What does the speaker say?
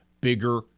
bigger